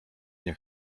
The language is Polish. nie